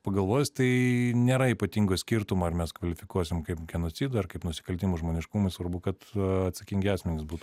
pagalvojus tai nėra ypatingo skirtumo ar mes kvalifikuosim kaip genocidą ar kaip nusikaltimus žmoniškumui svarbu kad atsakingi asmenys būt